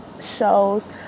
shows